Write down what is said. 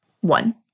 one